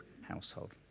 household